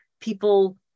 people